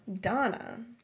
Donna